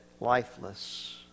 lifeless